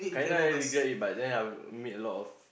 kinda regret it but then I made a lot of